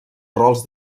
rols